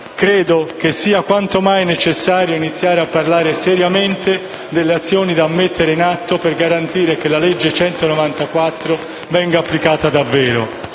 Credo sia quanto mai necessario iniziare a parlare seriamente delle azioni da mettere in atto per garantire che la legge n. 194 venga applicata davvero.